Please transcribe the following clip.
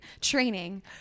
training